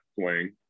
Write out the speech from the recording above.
swing